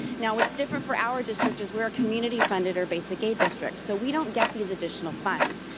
now what's different for our district is we're a community funded or basic aid district. so we don't get these additional funds.